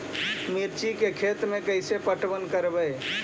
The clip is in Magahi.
मिर्ची के खेति में कैसे पटवन करवय?